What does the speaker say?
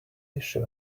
issue